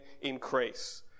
increase